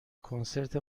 کنسرت